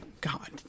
God